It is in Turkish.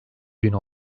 bin